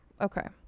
Okay